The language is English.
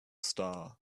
star